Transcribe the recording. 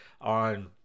on